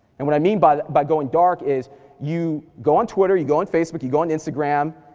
and what i mean by by going dark is you go on twitter, you go on facebook, you go on instagram,